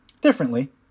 Differently